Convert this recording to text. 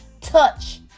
touch